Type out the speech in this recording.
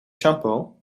shampoo